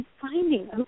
finding